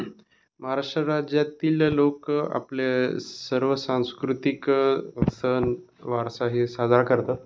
महाराष्ट्र राज्यातील लोकं आपले सर्व सांस्कृतिक सण वारसा हे साजरा करतात